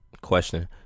Question